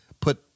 put